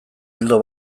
ildo